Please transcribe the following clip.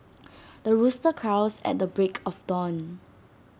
the rooster crows at the break of dawn